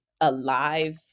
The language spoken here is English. alive